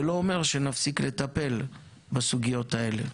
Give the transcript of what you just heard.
זה לא אומר שנפסיק לטפל בסוגיות האלה,